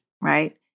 right